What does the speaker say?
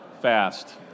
fast